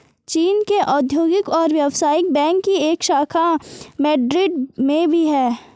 चीन के औद्योगिक और व्यवसायिक बैंक की एक शाखा मैड्रिड में भी है